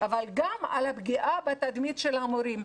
אבל גם על הפגיעה בתדמית של המורים,